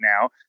now